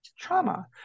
trauma